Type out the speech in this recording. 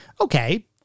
Okay